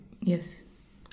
Yes